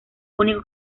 único